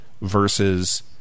versus